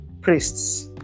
priests